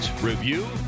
review